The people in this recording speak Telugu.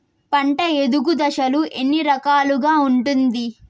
పంట ఎదుగు దశలు ఎన్ని రకాలుగా ఉంటుంది?